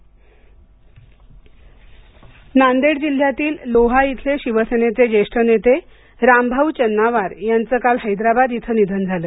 निधन नांदेड जिल्ह्यातील लोहा इथले शिवसेनेचे जेष्ठ नेते रामभाऊ चन्नावार यांच काल हैद्राबाद इथं निधन झालं